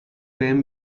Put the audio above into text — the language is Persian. بهم